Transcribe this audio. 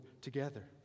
together